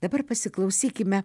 dabar pasiklausykime